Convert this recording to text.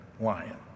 lion